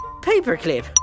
Paperclip